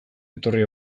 etorri